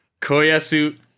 Koyasu